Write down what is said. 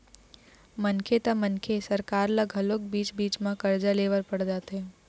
मनखे त मनखे सरकार ल घलोक बीच बीच म करजा ले बर पड़ जाथे